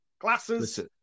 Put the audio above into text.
Glasses